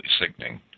sickening